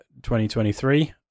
2023